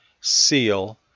seal